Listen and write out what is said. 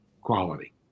quality